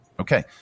Okay